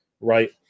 right